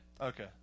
Okay